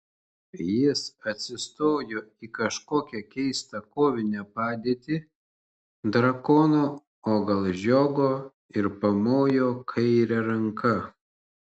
jis atsistojo į kažkokią keistą kovinę padėtį drakono o gal žiogo ir pamojo kaire ranka